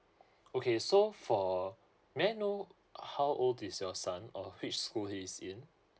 okay so for may I know how old is your son or which school he's in